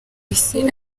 isi